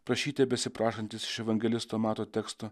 prašyte besiprašantis iš evangelisto mato teksto